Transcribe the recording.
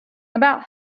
about